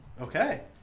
Okay